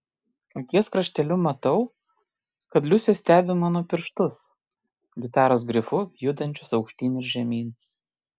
akies krašteliu matau kad liusė stebi mano pirštus gitaros grifu judančius aukštyn ir žemyn